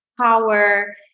power